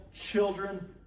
children